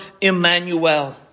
Emmanuel